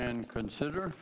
and consider